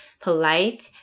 polite